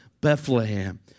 Bethlehem